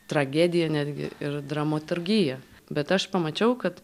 tragedija netgi ir dramaturgija bet aš pamačiau kad